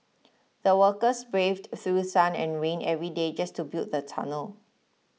the workers braved through sun and rain every day just to build the tunnel